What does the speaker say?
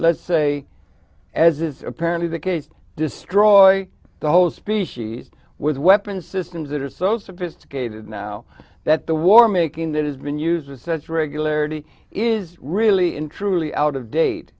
let's say as is apparently the case destroy the whole species with weapons systems that are so sophisticated now that the war making that has been used with such regularity is really in truly out of date